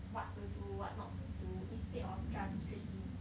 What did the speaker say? what to do what not to do instead of jump straight in